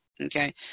okay